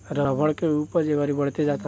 rubber के उपज ए घड़ी बढ़ते जाता